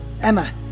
Emma